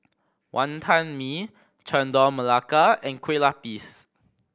Wantan Mee Chendol Melaka and kue lupis